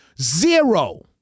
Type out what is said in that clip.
Zero